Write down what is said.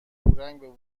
پورنگ